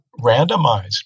randomized